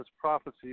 prophecy